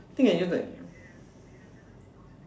I think I use that